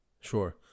sure